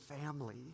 family